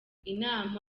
inama